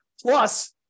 Plus